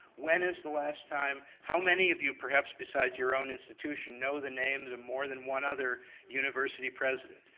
when is the last time? how many of you perhaps, besides your own institution, know the names of more than one other university president?